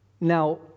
Now